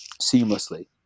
seamlessly